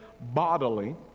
bodily